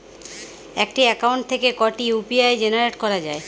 একটি অ্যাকাউন্ট থেকে কটি ইউ.পি.আই জেনারেট করা যায়?